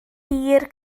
hir